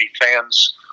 fans